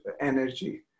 energy